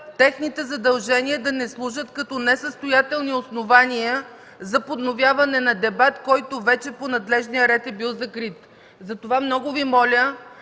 техните задължения да не служат като несъстоятелни основания за подновяване на дебат, който вече е бил закрит по надлежния ред. Затова много моля: